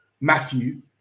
matthew